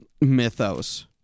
mythos